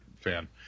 fan